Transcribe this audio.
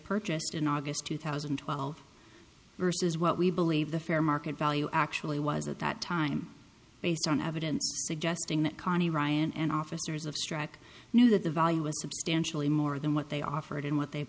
purchased in august two thousand and twelve versus what we believe the fair market value actually was at that time based on evidence suggesting that conny ryan and officers of struck knew that the value was substantially more than what they offered in what they